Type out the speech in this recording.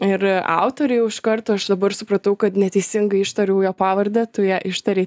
ir autorių jau iš karto aš dabar supratau kad neteisingai ištariau jo pavardę tu ją ištarei